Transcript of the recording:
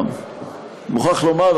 אני מוכרח לומר,